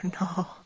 no